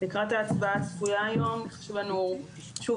לקראת ההצבעה הצפויה היום חשוב לנו שוב